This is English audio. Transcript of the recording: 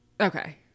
Okay